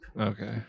Okay